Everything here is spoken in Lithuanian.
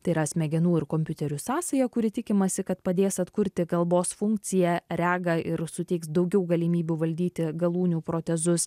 tai yra smegenų ir kompiuterių sąsaja kuri tikimasi kad padės atkurti kalbos funkciją regą ir suteiks daugiau galimybių valdyti galūnių protezus